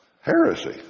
heresy